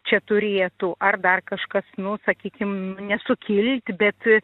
čia turėtų ar dar kažkas nu sakykim nesukilt bet